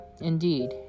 Indeed